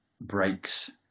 breaks